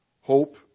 hope